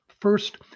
first